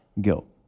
guilt